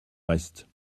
reste